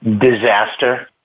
disaster